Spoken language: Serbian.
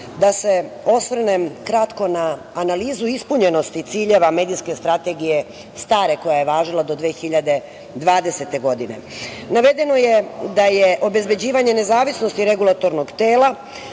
da se osvrnem kratko na analizu ispunjenosti ciljeva stare medijske strategije koja je važila do 2020. godine. navedeno je da obezbeđivanje nezavisnosti regulatornog tela